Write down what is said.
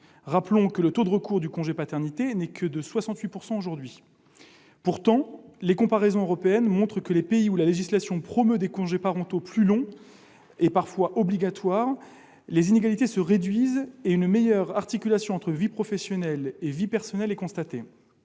Rappelons que le taux de recours au congé de paternité n'est que de 68 %. Pourtant, les comparaisons européennes montrent que, dans les pays où la législation promeut des congés parentaux plus longs et parfois obligatoires, les inégalités se réduisent et une meilleure articulation entre vie professionnelle et vie personnelle est constatée.